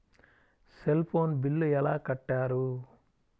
Cell phone bill ఎలా కట్టారు?